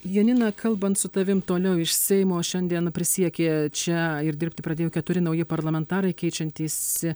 janina kalbant su tavim toliau iš seimo šiandien prisiekė čia ir dirbti pradėjo keturi nauji parlamentarai keičiantysi